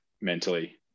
mentally